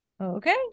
okay